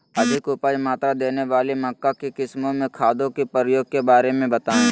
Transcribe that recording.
अधिक उपज मात्रा देने वाली मक्का की किस्मों में खादों के प्रयोग के बारे में बताएं?